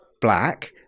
black